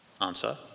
Answer